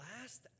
last